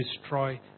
destroy